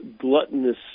gluttonous